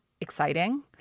exciting